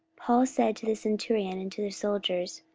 paul said to the centurion and to the soldiers,